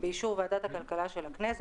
באישור ועדת הכלכלה של הכנסת,